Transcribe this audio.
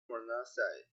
monoxide